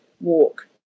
walk